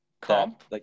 Comp